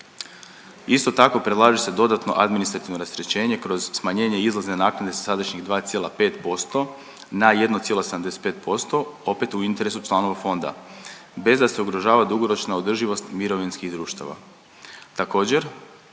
Isto tako predlaže se dodatno administrativno rasterećenje kroz smanjenje izlazne naknade sa sadašnjih 2,5% na 1,75%, opet u interesu članova fonda bez da se ugrožava dugoročna održivost mirovinskih društava.